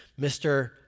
Mr